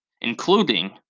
including